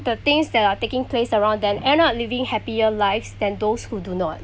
the things that are taking place around them end up leaving happier lives than those who do not